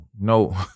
No